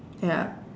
ya